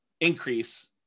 increase